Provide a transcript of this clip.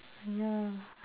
ya